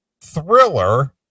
thriller